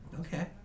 Okay